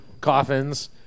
coffins